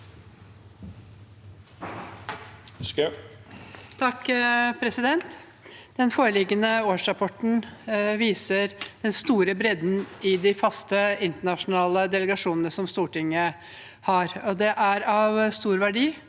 sak nr. 6): De foreliggende årsrapportene viser den store bredden i de faste internasjonale delegasjonene Stortinget har. Det er av stor verdi